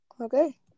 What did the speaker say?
Okay